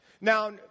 Now